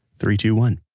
three, two, one